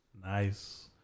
Nice